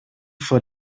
vor